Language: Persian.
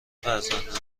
فرزندان